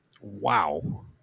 Wow